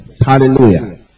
Hallelujah